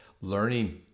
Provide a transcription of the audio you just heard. learning